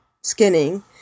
skinning